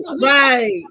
right